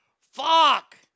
Fuck